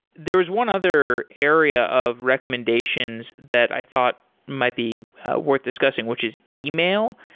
there is one other area of recommendations that i thought might be worth discussing, which is yeah e-mail.